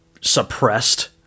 suppressed